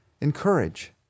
encourage